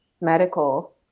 medical